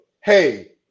hey